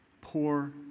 poor